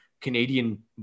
canadian